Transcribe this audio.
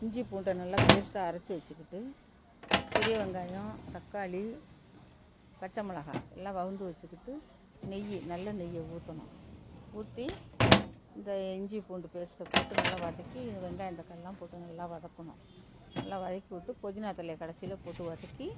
இஞ்சிப்பூண்டை நல்லா பேஸ்ட்டாக அரைத்து வச்சிக்கிட்டு பெரிய வெங்காயம் தக்காளி பச்சை மிளகா எல்லாம் வெவுந்து வச்சிக்கிட்டு நெய் நல்ல நெய்யை ஊற்றணும் ஊற்றி இந்த இஞ்சிப்பூண்டு பேஸ்ட்டை போட்டு நல்லா வதக்கி வெங்காயம் தக்காளிலாம் போட்டு நல்லா வதக்கணும் நல்லா வதக்கி விட்டு புதினா தழையை கடைசியில் போட்டு வதக்கி